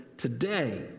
Today